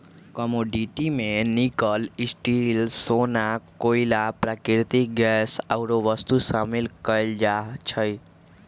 commodity में निकल, steel,, सोना, कोइला, प्राकृतिक गैस आउरो वस्तु शामिल कयल जाइ छइ